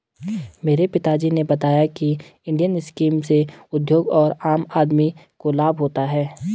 मेरे पिता जी ने बताया की इंडियन स्कीम से उद्योग और आम आदमी को लाभ होता है